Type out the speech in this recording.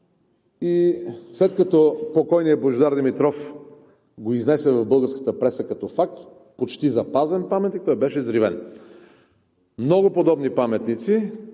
и след като покойният Божидар Димитров го изнесе в българската преса като факт – почти запазен паметник, той беше взривен. Много подобни паметници,